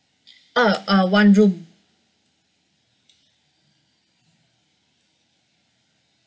oh uh one room